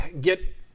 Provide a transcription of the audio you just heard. get